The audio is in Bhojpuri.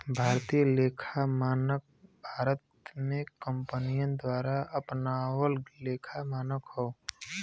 भारतीय लेखा मानक भारत में कंपनियन द्वारा अपनावल लेखा मानक हौ